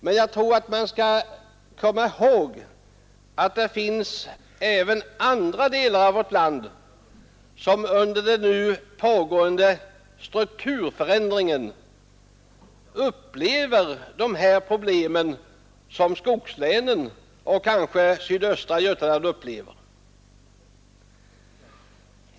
Men man bör komma ihåg att det finns även andra delar av vårt land, som under nu pågående strukturförändring upplever samma problem som skogslänen och kanske även sydöstra Götaland upplever.